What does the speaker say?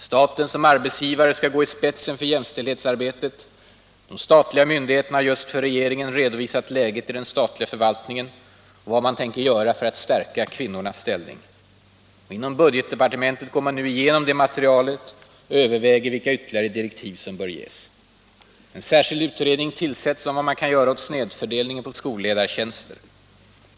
Staten som arbetsgivare skall gå i spetsen för jämställdhetsarbetet. De statliga myndigheterna har just för regeringen redovisat läget i den statliga förvaltningen och vad man tänker göra för att stärka kvinnornas ställning. Inom budgetdepartementet går man nu igenom det materialet och överväger vilka ytterligare direktiv som bör ges. En särskild utredning tillsätts om vad man kan göra åt snedfördelningen på skolledartjänster.